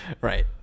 right